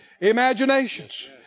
imaginations